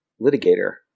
litigator